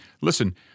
listen